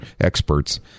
experts